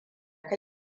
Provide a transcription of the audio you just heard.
ka